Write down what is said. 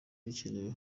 bikenewe